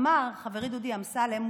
אמר חברי דודי אמסלם,